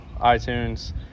itunes